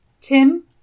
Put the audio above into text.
Tim